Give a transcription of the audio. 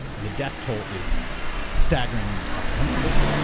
the death toll is staggering and incomprehensible.